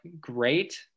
great